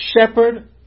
shepherd